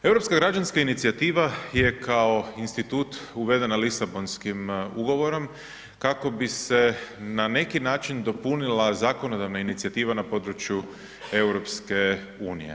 Europska građanska inicijativa je kao institut uvedena u Lisabonskom ugovorom kako bi se na neki način dopunila zakonodavna inicijativa na području EU-a.